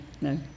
no